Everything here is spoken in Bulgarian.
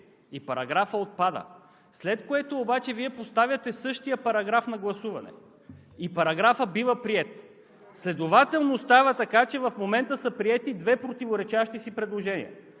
и параграфът отпада, след което обаче Вие поставяте същия параграф на гласуване и той бива приет. Следователно става така, че в момента са приети две противоречащи си предложения.